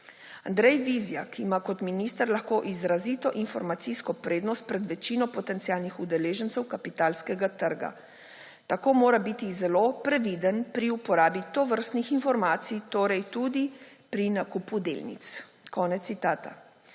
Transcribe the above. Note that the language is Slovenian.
Andrej Vizjak ima kot minister lahko izrazito informacijsko prednost pred večino potencialnih udeležencev kapitalskega trga. Tako mora biti zelo previden pri uporabi tovrstnih informacij, torej tudi pri nakupu delnic.« Konec citata.